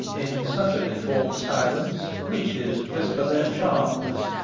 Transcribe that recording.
in such a deformed silence witches whisper their charms.